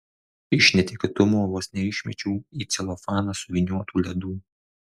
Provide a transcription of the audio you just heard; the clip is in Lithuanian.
iš netikėtumo vos neišmečiau į celofaną suvyniotų ledų